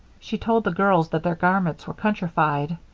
she told the girls that their garments were countrified,